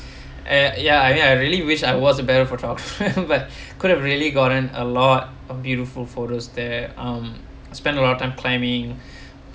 eh ya I mean I really wish I was a better photographer but could've really gotten a lot of beautiful photos there um spend a lot of time climbing